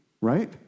right